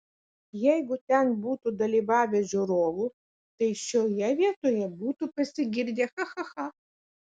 jeigu ten būtų dalyvavę žiūrovų tai šioje vietoje būtų pasigirdę cha cha cha